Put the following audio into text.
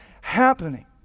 happening